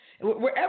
Wherever